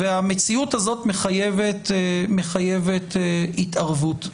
המציאות הזאת מחייבת התערבות.